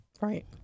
Right